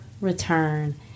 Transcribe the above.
return